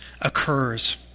occurs